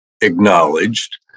acknowledged